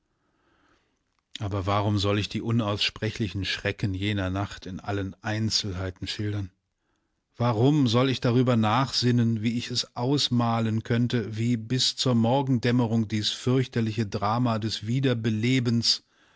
aber warum soll ich die unaussprechlichen schrecken jener nacht in allen einzelheiten schildern warum soll ich darüber nachsinnen wie ich es ausmalen könnte wie bis zur morgendämmerung dies fürchterliche drama des wiederbelebens